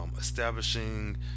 establishing